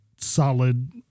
solid